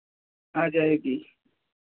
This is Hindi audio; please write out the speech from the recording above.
आ जाएगी